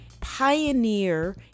pioneer